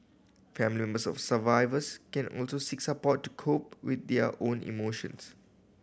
family members of survivors can also seek support to cope with their own emotions